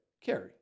Carry